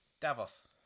Davos